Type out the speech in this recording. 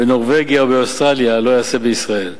בנורבגיה ובאוסטרליה לא ייעשה בישראל.